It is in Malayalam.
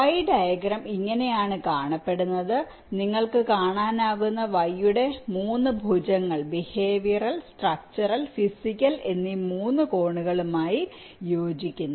Y ഡയഗ്രം ഇങ്ങനെയാണ് കാണപ്പെടുന്നത് നിങ്ങൾക്ക് കാണാനാകുന്ന Y യുടെ 3 ഭുജങ്ങൾ ബിഹേവിയറൽ സ്ട്രക്ച്ചറൽ ഫിസിക്കൽ എന്നീ 3 കോണുകളുമായി യോജിക്കുന്നു